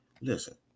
listen